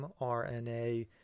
mRNA